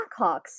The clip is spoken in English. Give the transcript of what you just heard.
Blackhawks